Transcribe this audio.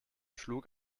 schlug